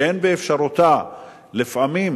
שאין באפשרותה לפעמים,